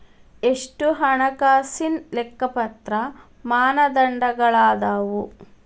ಎಷ್ಟ ಹಣಕಾಸಿನ್ ಲೆಕ್ಕಪತ್ರ ಮಾನದಂಡಗಳದಾವು?